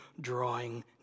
drawing